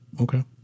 Okay